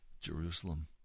Jerusalem